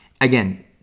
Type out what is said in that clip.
again